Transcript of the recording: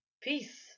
peace